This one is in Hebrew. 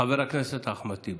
חבר הכנסת אחמד טיבי,